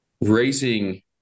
raising